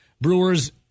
Brewers